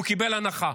הוא קיבל הנחה,